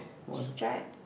stripe